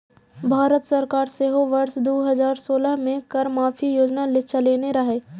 भारत सरकार सेहो वर्ष दू हजार सोलह मे कर माफी योजना चलेने रहै